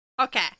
Okay